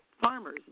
farmers